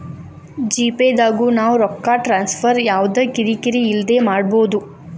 GPay ದಾಗು ನಾವ್ ರೊಕ್ಕ ಟ್ರಾನ್ಸ್ಫರ್ ಯವ್ದ ಕಿರಿ ಕಿರಿ ಇಲ್ದೆ ಮಾಡ್ಬೊದು